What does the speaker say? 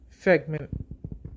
segment